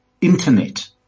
Internet